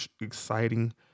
exciting